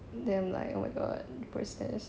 then like oh my god protests